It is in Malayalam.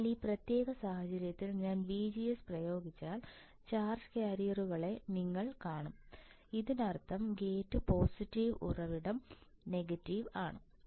അതിനാൽ ഈ പ്രത്യേക സാഹചര്യത്തിൽ ഞാൻ VGS പ്രയോഗിച്ചാൽ ചാർജ് കാരിയറുകളെ നിങ്ങൾ കാണും ഇതിനർത്ഥം ഗേറ്റ് പോസിറ്റീവ് ഉറവിടം നെഗറ്റീവ് ആണ്